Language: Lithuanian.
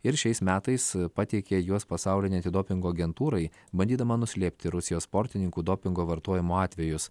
ir šiais metais pateikė juos pasaulinei antidopingo agentūrai bandydama nuslėpti rusijos sportininkų dopingo vartojimo atvejus